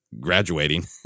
graduating